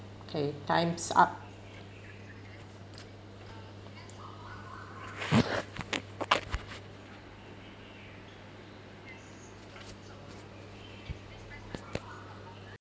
okay time's up